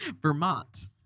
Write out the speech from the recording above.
Vermont